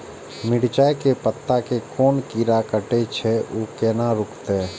मिरचाय के पत्ता के कोन कीरा कटे छे ऊ केना रुकते?